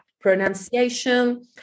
pronunciation